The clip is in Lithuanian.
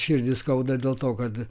širdį skauda dėl to kad